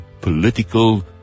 political